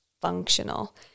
functional